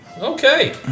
Okay